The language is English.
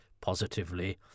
positively